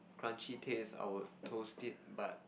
crunchy taste I will toast it but